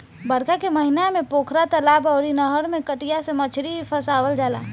बरखा के महिना में पोखरा, तलाब अउरी नहर में कटिया से मछरी फसावल जाला